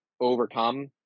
overcome